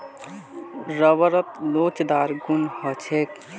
रबरत लोचदार गुण ह छेक